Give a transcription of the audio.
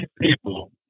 people